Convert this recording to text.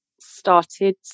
started